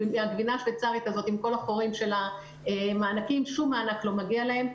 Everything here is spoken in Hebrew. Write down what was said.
הגבינה השוויצרית הזו עם כל החורים של המענקים שום מענק לא מגיע להם,